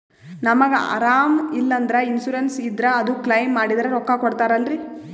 ನಮಗ ಅರಾಮ ಇಲ್ಲಂದ್ರ ಇನ್ಸೂರೆನ್ಸ್ ಇದ್ರ ಅದು ಕ್ಲೈಮ ಮಾಡಿದ್ರ ರೊಕ್ಕ ಕೊಡ್ತಾರಲ್ರಿ?